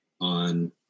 on